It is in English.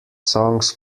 songs